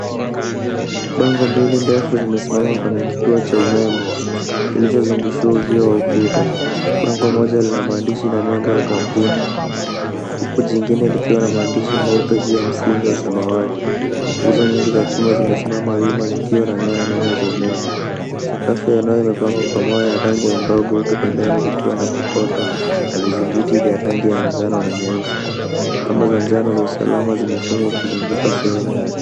Bango mbili ndefu zimesimama kwenye kituo cha umeme kilichozungushiwa uzio wa ukuta. Bango moja lina maandishi na nembo ya kampuni, huku jingine likiwa na maandishi meupe juu ya msingi wa samawati. Nguzo nyingi za chuma zimesimama wima na nyaya za umeme, sakafu ya eneo imepangwa kwa mawe ya rangi ya udongo huku pembeni kukiwa na kokoto na vizingiti vya rangi ya manjano na nyeusi, kamba za njano za usalama zimefungwa kuzunguka sehemu yote.